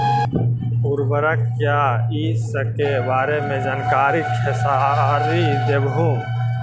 उर्वरक क्या इ सके बारे मे जानकारी खेसारी देबहू?